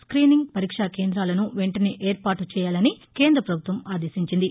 screening పరీక్షా కేంద్రాలను వెంటనే ఏర్పాటు చేయాలని కేంద్ర ప్రభుత్వం ఆదేశించింది